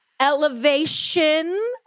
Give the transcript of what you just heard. Elevation